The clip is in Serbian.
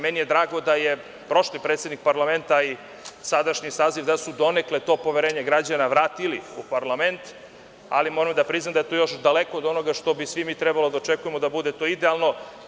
Meni je drago da je prošli predsednik parlamenta, a i sadašnji saziv da su donekle to poverenje građana vratili u parlament, ali moram da priznam da je to daleko od onoga što bi svi mi trebali da očekujemo, da bude to idealno.